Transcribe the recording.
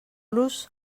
los